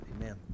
Amen